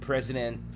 President